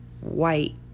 white